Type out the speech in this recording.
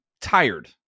tired